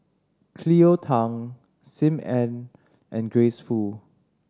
Cleo Thang Sim Ann and Grace Fu